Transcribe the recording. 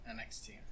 NXT